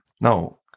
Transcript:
No